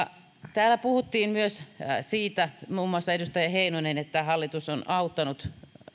täällä puhuttiin myös siitä muun muassa edustaja heinonen että hallitus on auttanut